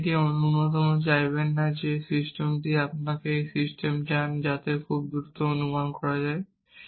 আপনি একটি ন্যূনতম চাইবেন না যে সিস্টেমটি আপনি এমন একটি সিস্টেম চান যাতে খুব দ্রুত অনুমান করা যায়